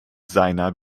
seiner